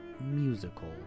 musical